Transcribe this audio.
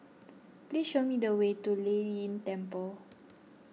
please show me the way to Lei Yin Temple